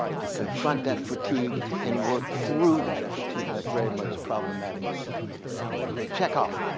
to confront that fatigue and work through that fatigue? that's very much a problematic of the great chekhov.